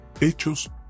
Hechos